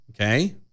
okay